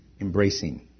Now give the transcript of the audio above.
embracing